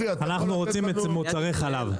אנחנו רוצים מוצרי חלב.